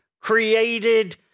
created